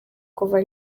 kuva